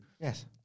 Yes